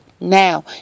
now